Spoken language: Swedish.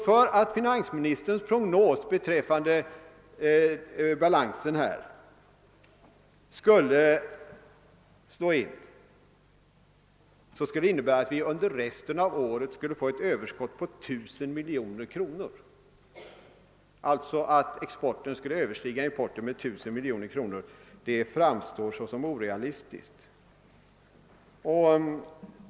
För att finansministerns prognos för hela året skall slå in måste alltså exporten under resten av året överstiga importen med 1 000 miljoner kronor. Detta framstår som orealistiskt.